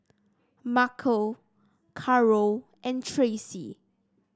Markell Karol and Tracy